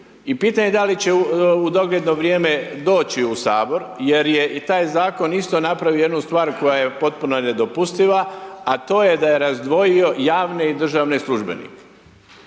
i pitanje je da li će u dogledno vrijeme doći u HS jer je i taj Zakon isto napravio jednu stvar koja je potpuno nedopustiva, a to je da je razdvojio javne i državne službenike.